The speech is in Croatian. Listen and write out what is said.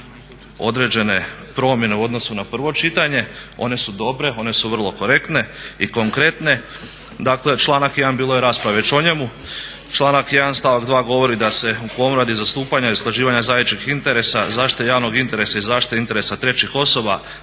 određene promjene u odnosu na prvo čitanje. One su dobre, one su vrlo korektne i konkretne. Dakle članak 1., bilo je rasprave već o njemu, članak 1. stavak 2. govori da se u komori radi zastupanja i usklađivanja zajedničkih interesa, zaštite javnog interesa i zaštite interesa trećih osoba